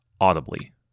audibly